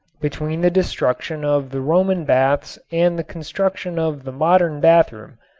between the destruction of the roman baths and the construction of the modern bathroom,